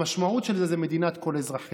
המשמעות של זה היא מדינת כל אזרחיה.